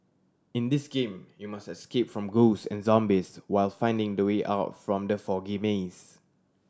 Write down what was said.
in this game you must escape from ghost and zombies while finding the way out from the foggy maze